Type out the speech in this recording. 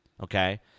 okay